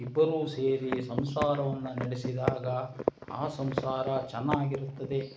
ಇಬ್ಬರೂ ಸೇರಿ ಸಂಸಾರವನ್ನು ನಡೆಸಿದಾಗ ಆ ಸಂಸಾರ ಚೆನ್ನಾಗಿರುತ್ತದೆ